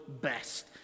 best